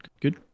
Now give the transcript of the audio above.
good